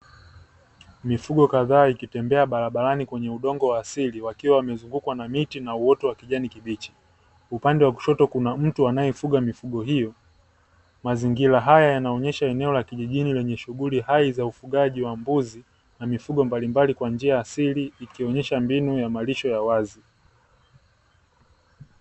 Mifugo kadhaa ikitembea barabrani kwenye udongo wa asili, wakiwa wamezungukwa na miti na uoto wakijani kibichi. Upande wa kushoto kuna mtu anayefuga mifugo hiyo. Mazingira haya yanaonyesha eneo la kijijini yenye shugululi hai za ufugaji wa mbuzi, na mifugo mbalimbali kwa njia asili, ikionyesha mbinu ya malisho ya wazi.